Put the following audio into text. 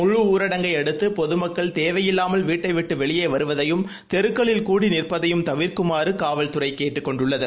முழுஊரடங்கை அடுத்தபொதுமக்கள் தேவையில்லாமல் வீட்டைவிட்டுவெளியேவருவதையும் தெருக்களில் கூடி நிற்பதையும் தவிர்க்குமாறுகாவல்துறைகேட்டுக் கொண்டுள்ளது